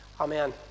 Amen